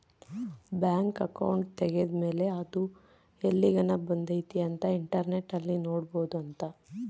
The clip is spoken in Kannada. ಬ್ಯಾಂಕ್ ಅಕೌಂಟ್ ತೆಗೆದ್ದ ಮೇಲೆ ಅದು ಎಲ್ಲಿಗನ ಬಂದೈತಿ ಅಂತ ಇಂಟರ್ನೆಟ್ ಅಲ್ಲಿ ನೋಡ್ಬೊದು ಅಂತ